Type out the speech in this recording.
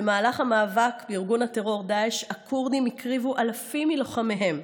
במהלך המאבק בארגון הטרור דאעש הכורדים הקריבו אלפים מלוחמיהם,